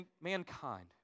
mankind